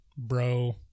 bro